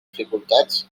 dificultats